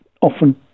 often